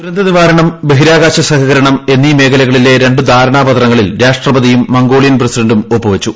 ദുരന്തനിവാരണം ബഹിരാകാശ സഹകരണം എന്നീ മേഖലകളിലെ രണ്ട് ധാരണാപത്രങ്ങളിൽ രാഷ്ട്രപതിയും മംഗോളിയൻ പ്രസിഡന്റും ഒപ്പുവച്ചു